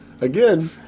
Again